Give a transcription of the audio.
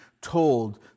told